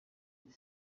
nama